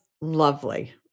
lovely